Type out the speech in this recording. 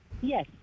Yes